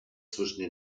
zwischen